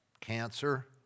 cancer